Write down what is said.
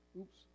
Oops